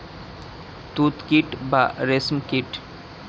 তুত কীট বা রেশ্ম কীট